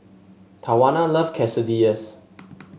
Tawanna love Quesadillas